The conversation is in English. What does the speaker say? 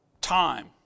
time